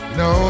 no